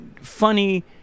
funny